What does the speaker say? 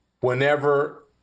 Whenever